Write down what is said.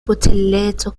boteleto